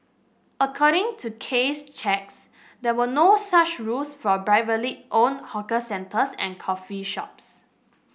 according to case checks there were no such rules for privately owned hawker centres and coffee shops